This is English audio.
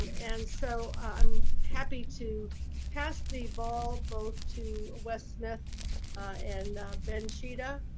um and so, i'm happy to pass the ball both to wes smith and ben chida.